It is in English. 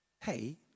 hey